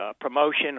promotion